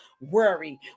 worry